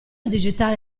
digitale